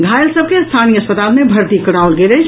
घायल सभ के स्थानीय अस्पताल मे भर्ती कराओल गेल अछि